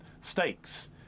stakes